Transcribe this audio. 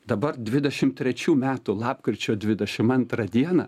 dabar dvidešimt trečių metų lapkričio dvidešim antrą dieną